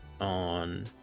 on